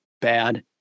bad